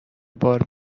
بار